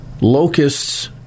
locusts